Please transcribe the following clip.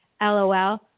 lol